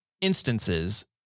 instances